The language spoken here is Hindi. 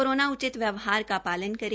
कोरोना उचित व्यवहार का पालन करें